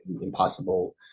impossible